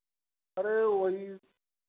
अरे वही